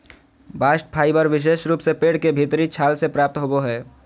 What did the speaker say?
bast fibre विशेष रूप से पेड़ के भीतरी छाल से प्राप्त होवो हय